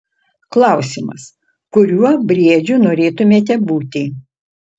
klausimas kuriuo briedžiu norėtumėte būti